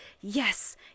yes